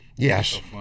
Yes